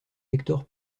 hector